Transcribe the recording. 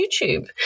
YouTube